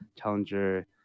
Challenger